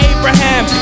Abraham